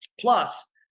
plus